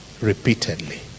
repeatedly